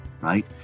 right